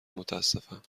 متاسفم